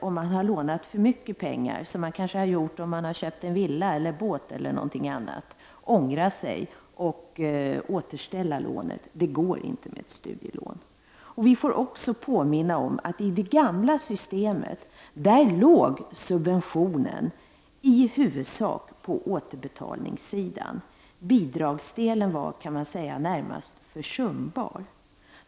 Om man har lånat för mycket pengar när man köpt t.ex. villa eller båt eller någonting annat, kan man ångra sig och återställa lånet. Det går inte med studielån. Vi får också påminna om att i det gamla systemet låg subventionen i huvudsak på återbetalningssidan. Man kan säga att bidragsdelen närmast var försumbar.